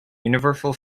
universal